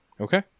Okay